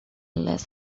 less